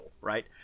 right